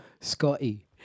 Scotty